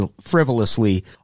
frivolously